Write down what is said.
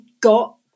got